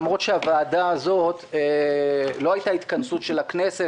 למרות שלא הייתה התכנסות של הכנסת